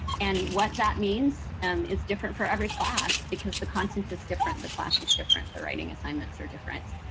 and what that means um is different for every class, because the content is different, the class is different, the writing assignments are different.